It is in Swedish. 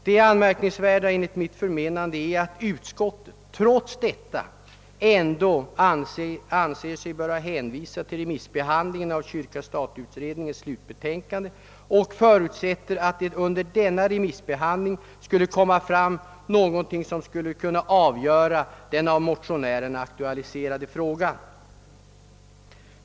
Det anmärkningsvärda är enligt mitt förmenande att utskottet trots detta anser sig böra hänvisa till remissbehandlingen av kyrka—stat-utredningens slutbetänkande och förutsätter att det under denna remissbehandling skulle komma fram någonting som skulle kunna avgöra den av motionären aktualiserade frågan.